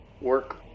work